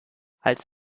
als